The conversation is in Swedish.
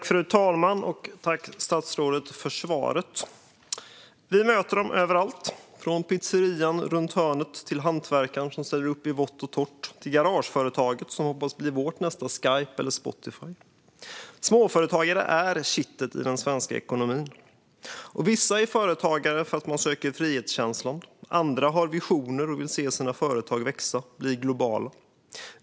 Fru talman! Tack, statsrådet, för svaret! Vi möter dem överallt - från pizzerian runt hörnet och hantverkaren som ställer upp i vått och torrt till garageföretaget som hoppas bli vårt nästa Skype eller Spotify. Småföretagare är kittet i den svenska ekonomin. Vissa är företagare för att de söker frihetskänslan. Andra har visioner och vill se sina företag växa och bli globala.